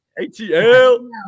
ATL